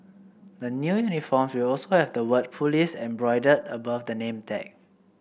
the new uniforms will also have the word police embroidered above the name tag